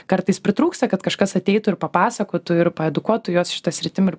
kartais pritrūksta kad kažkas ateitų ir papasakotų ir paedukuotų juos šita sritim ir